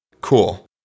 Cool